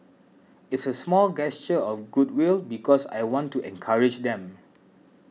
it's a small gesture of goodwill because I want to encourage them